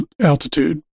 Altitude